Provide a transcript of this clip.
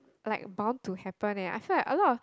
like bound to happen eh I feel like a lot of